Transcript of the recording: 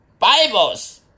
Bibles